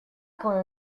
quand